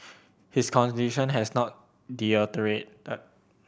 his condition has not deteriorated